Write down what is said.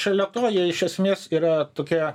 šalia to jie iš esmės yra tokia